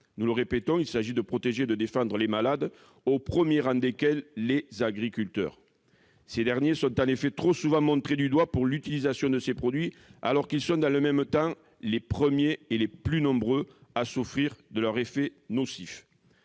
Nous le répétons, il s'agit de protéger et de défendre les malades, au premier rang desquels les agriculteurs. Ces derniers sont en effet trop souvent montrés du doigt pour l'utilisation de ces produits, alors qu'ils sont, dans le même temps, les premiers et les plus nombreux à souffrir de leur effet nocif.